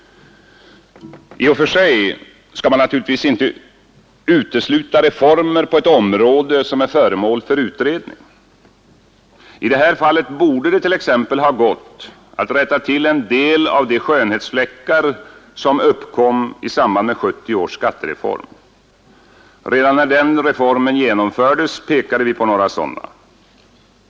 I och för sig skall man naturligtvis inte utesluta reformer på ett område som är föremål för utredning. I det här fallet borde det t.ex. ha gått att rätta till en del av de skönhetsfläckar som uppkom i samband med 1970 års skattereform. Redan när den reformen genomfördes pekade vi på några sådana.